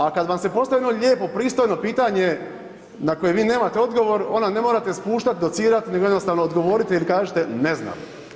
A kad vam se postavi jedno lijepo pristojno pitanje na koje vi nemate odgovor onda ne morate spuštat, docirat, nego jednostavno odgovorite ili kažite ne znam.